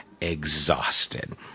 exhausted